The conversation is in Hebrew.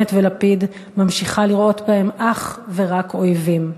בנט ולפיד ממשיכה לראות בהם אך ורק אויבים.